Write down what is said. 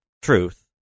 Truth